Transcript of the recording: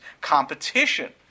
competition